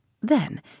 Then